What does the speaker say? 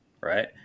right